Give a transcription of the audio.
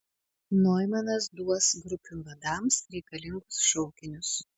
noimanas duos grupių vadams reikalingus šaukinius